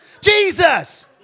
Jesus